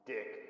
Dick